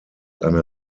eine